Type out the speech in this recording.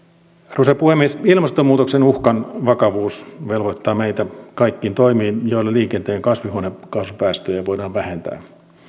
arvoisa puhemies ilmastonmuutoksen uhkan vakavuus velvoittaa meitä kaikkiin toimiin joilla liikenteen kasvihuonekaasupäästöjä voidaan vähentää